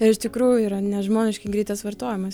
ir iš tikrųjų yra nežmoniškai greitas vartojimas